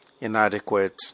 inadequate